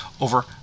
over